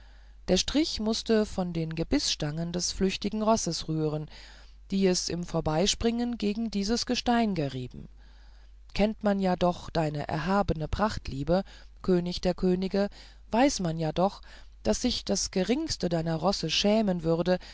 der strich mußte von den gebißstangen des flüchtigen rosses rühren die es im vorbeispringen gegen dieses gestein gerieben kennt man ja doch deine erhabene prachtliebe könig der könige weiß man ja doch daß sich das geringste deiner rosse schämen würde